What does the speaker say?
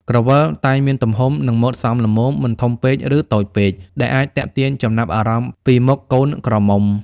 ក្រវិល តែងមានទំហំ និង ម៉ូដសមល្មម មិនធំពេក ឬ តូចពេក ដែលអាចទាក់ទាញចំណាប់អារម្មណ៍ពីមុខកូនក្រមុំ។